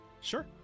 sure